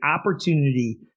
opportunity